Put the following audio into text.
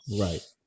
Right